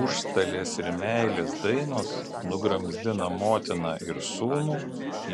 užstalės ir meilės dainos nugramzdina motiną ir sūnų